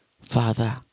Father